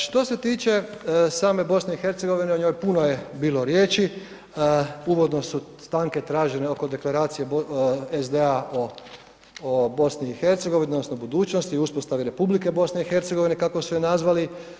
Što se tiče same BiH o njoj je bilo puno riječi, uvodno su stanke tražene oko Deklaracije SDA o BiH odnosno o budućnosti i uspostavi Republike BiH kako su je nazvali.